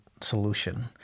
solution